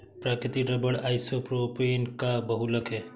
प्राकृतिक rubber isopropene का बहुलक है